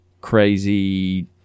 crazy